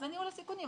זה ניהול הסיכונים.